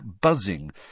buzzing